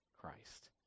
Christ